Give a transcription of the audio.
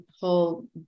whole